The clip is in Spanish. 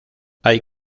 hay